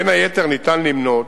בין היתר ניתן למנות: